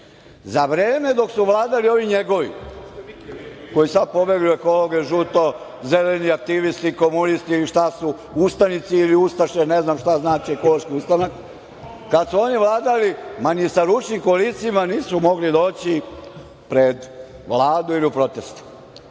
Za vreme dok su vladali ovi njegovi, koji su sad pobegli u ekologe, žuto-zeleni aktivisti, komunisti, šta su, ustanici ili ustaše, ne znam šta znači Ekološki ustanak, kad su oni vladali, ma ni sa ručnim kolicima nisu mogli doći pred Vladu ili u proteste.